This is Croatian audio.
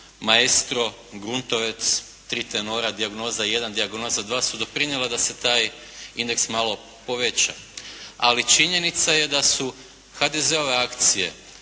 Maestro, Gruntovec, Tri tenora, Dijagnoza 1, Dijagnoza 2 su doprinijela da se taj indeks malo poveća. Ali činjenica je da su HDZ-ove akcije